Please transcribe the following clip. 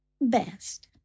Best